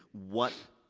what,